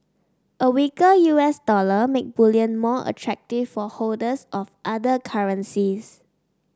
a weaker U S dollar make bullion more attractive for holders of other currencies